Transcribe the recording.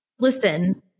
Listen